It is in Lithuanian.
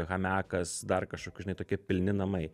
hamekas dar kažkokių žinai tokie pilni namai